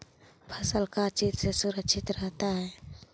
फसल का चीज से सुरक्षित रहता है?